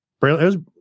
brilliant